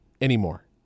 anymore